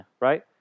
Right